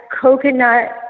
coconut